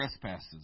trespasses